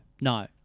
no